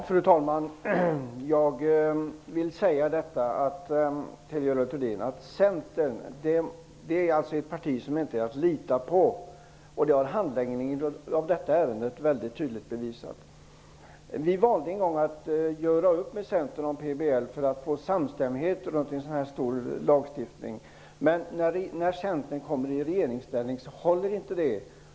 Fru talman! Centern är ett parti som inte är att lita på, vilket handläggningen av detta ärende tydligt har bevisat. Vi valde en gång att göra upp med Centern om PBL för att få samstämmighet kring en så stor lagstiftingsfråga. Men när Centern kom i regeringsställning höll inte detta.